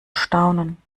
staunen